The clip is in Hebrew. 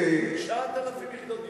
9,000 יחידות דיור.